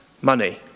money